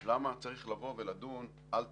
אז למה צריך לדון על תקנות?